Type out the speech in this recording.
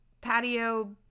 patio